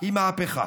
היא מהפכה.